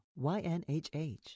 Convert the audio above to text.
YNHH